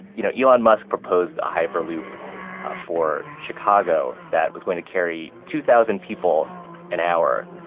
you know elon musk proposed a hyperloop for chicago that was going to carry two thousand people an hour,